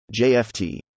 JFT